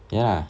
ya